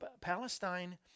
Palestine